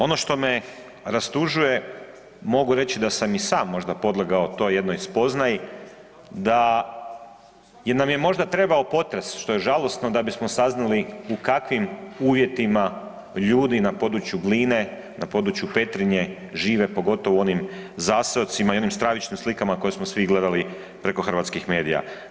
Ono što me rastužuje mogu reći da sam možda i sam podlegao toj jednoj spoznaji da nam je možda trebao potres što je žalosno da bismo saznali u kakvim uvjetima ljudi na području Gline, na području Petrinje žive pogotovo u onim zaseocima i onim stravičnim slikama koje smo svi gledali preko hrvatskih medija.